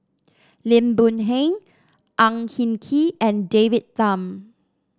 Lim Boon Heng Ang Hin Kee and David Tham